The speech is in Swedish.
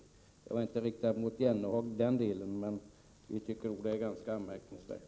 Den kritiken är inte riktad mot Jan Jennehag, men jag vill säga till honom att vi tycker att förfarandet är ganska anmärkningsvärt.